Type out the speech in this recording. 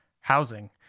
housing